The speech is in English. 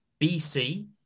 BC